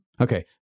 Okay